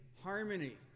harmony